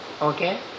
Okay